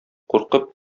куркып